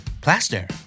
Plaster